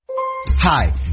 Hi